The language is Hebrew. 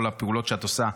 כל הפעולות שאת עושה.